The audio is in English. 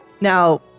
Now